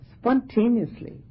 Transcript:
spontaneously